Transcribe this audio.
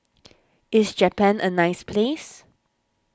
is Japan a nice place